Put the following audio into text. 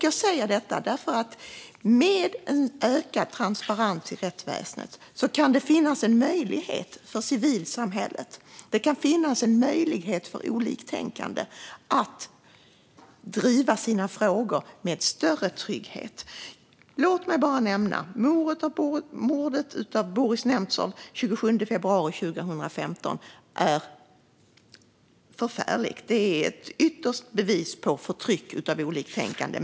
Jag säger detta eftersom det med en ökad transparens i rättsväsendet kan finnas en möjlighet för civilsamhället och för oliktänkande att driva sina frågor med större trygghet. Mordet på Boris Nemtsov den 27 februari 2015 är förfärligt. Det är det yttersta beviset på förtryck av oliktänkande.